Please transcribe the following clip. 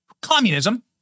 communism